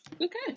Okay